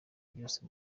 byose